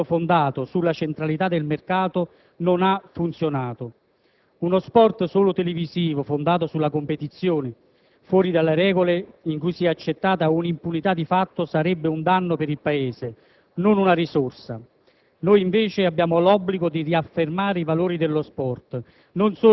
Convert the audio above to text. non la promozione solo della ricchezza delle società sportive. Un atteggiamento fondato sulla centralità del mercato non ha funzionato. Uno sport solo televisivo, fondato sulla competizione fuori dalle regole, in cui sia accettata un'impunità di fatto sarebbe un danno per il Paese, non una risorsa.